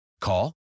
Call